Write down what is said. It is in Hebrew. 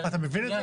אתה מבין את זה?